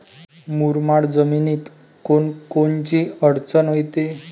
मुरमाड जमीनीत कोनकोनची अडचन येते?